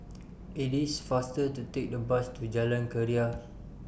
IT IS faster to Take The Bus to Jalan Keria